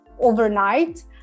overnight